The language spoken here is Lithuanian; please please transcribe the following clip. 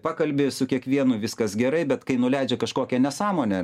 pakalbi su kiekvienu viskas gerai bet kai nuleidžia kažkokią nesąmonę